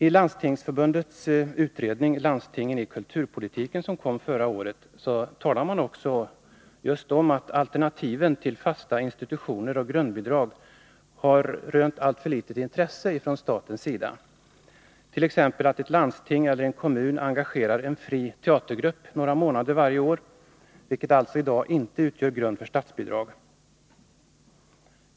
I Landstingsförbundets utredning Landstingen i kulturpolitiken, som presenterades förra året, framhålls just att alternativen till fasta institutioner med grundbidrag har rönt alltför litet intresse från statens sida. Man pekar bl.a. på att om ett landsting eller en kommun engagerar en fri teatergrupp några månader varje år, är detta en verksamhet som inte utgör grund för statsbidrag.